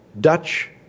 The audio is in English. Dutch